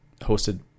hosted